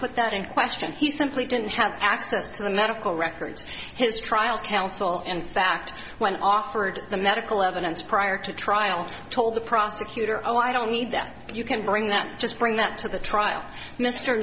that in question he simply didn't have access to the medical records his trial counsel in fact when offered the medical evidence prior to trial told the prosecutor oh i don't need that you can bring that just bring that to the trial mr